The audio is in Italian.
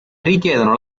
richiedono